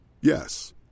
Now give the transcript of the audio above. Yes